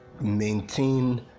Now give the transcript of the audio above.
maintain